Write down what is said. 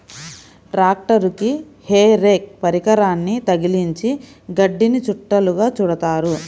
ట్రాక్టరుకి hay rake పరికరాన్ని తగిలించి గడ్డిని చుట్టలుగా చుడుతారు